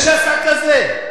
אבל אין שסע כזה.